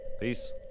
Peace